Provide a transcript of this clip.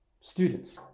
students